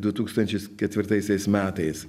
du tūkstančis ketvirtaisiais metais